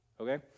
Okay